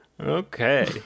Okay